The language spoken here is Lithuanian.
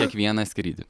kiekvieną skrydį